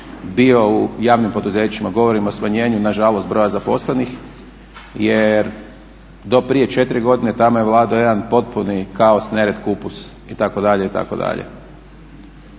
bio u javnim poduzećima. Govorim o smanjenju nažalost broja zaposlenih, jer do prije 4 godine tamo je vladao jedan potpuni kaos, nered, kupus itd.